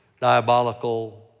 diabolical